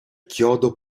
chiodo